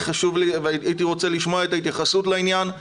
והייתי רוצה לשמוע את ההתייחסות לעניין: